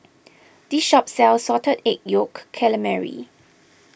this shop sells Salted Egg Yolk Calamari